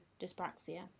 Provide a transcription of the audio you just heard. dyspraxia